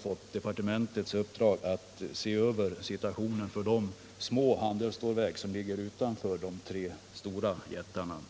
fått departementets uppdrag att se över situationen för de handelsstålverk som ligger utanför de tre jättarna.